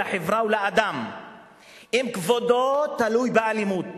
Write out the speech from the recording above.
ולחברה ולאדם אם כבודם תלוי באלימות.